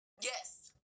Yes